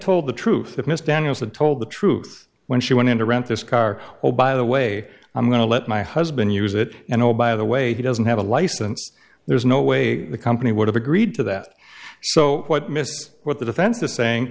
told the truth miss daniels had told the truth when she went in to rent this car oh by the way i'm going to let my husband use it and oh by the way he doesn't have a license there's no way the company would have agreed to that so what mrs what the defens